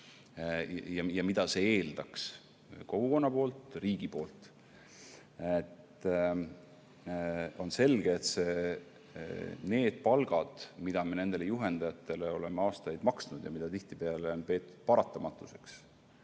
ja mida see eeldaks kogukonnalt ja riigilt. On selge, et need palgad, mida me juhendajatele oleme aastaid maksnud ja mida tihtipeale on peetud paratamatuseks,